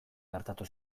gertatu